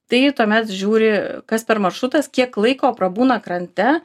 tai tuomet žiūri kas per maršrutas kiek laiko prabūna krante